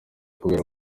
kubera